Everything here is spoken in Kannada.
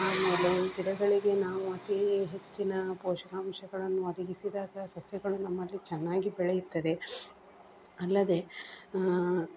ಆಮೇಲೆ ಈ ಗಿಡಗಳಿಗೆ ನಾವು ಅತಿ ಹೆಚ್ಚಿನ ಪೋಷಕಾಂಶಗಳನ್ನು ಒದಗಿಸಿದಾಗ ಸಸ್ಯಗಳು ನಮ್ಮಲ್ಲಿ ಚೆನ್ನಾಗಿ ಬೆಳೆಯುತ್ತದೆ ಅಲ್ಲದೆ